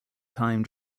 time